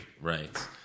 Right